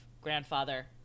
grandfather